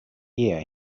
year